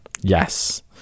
Yes